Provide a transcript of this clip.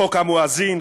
חוק המואזין,